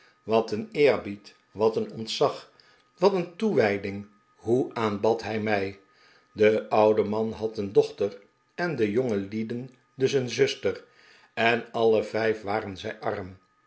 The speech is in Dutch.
wat een eerbied wat een ontzag wat een toewijding hoe aanbad hij mij de oude man had een dochter en de jongelieden dus een zuster en alle vijf waren zij arm